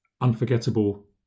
Unforgettable